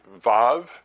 Vav